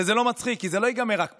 וזה לא מצחיק, כי זה לא ייגמר רק פה.